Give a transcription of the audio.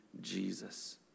Jesus